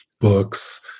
books